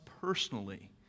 personally